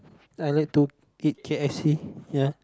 I like to eat KFC ya